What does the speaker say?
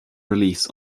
release